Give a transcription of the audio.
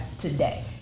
today